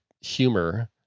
humor